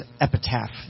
epitaph